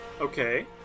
Okay